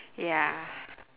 ya